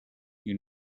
you